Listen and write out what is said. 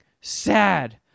sad